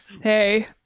Hey